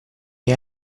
hai